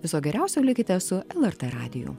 viso geriausio likite su lrt radiju